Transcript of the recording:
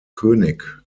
könig